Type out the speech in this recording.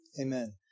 Amen